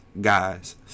guys